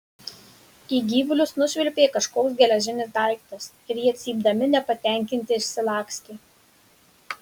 į gyvulius nušvilpė kažkoks geležinis daiktas ir jie cypdami nepatenkinti išsilakstė